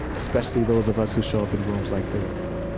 especially those of us who show up in rooms like this,